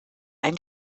ein